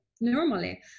normally